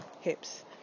hips